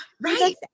Right